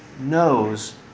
knows